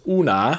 una